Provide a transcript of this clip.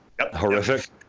Horrific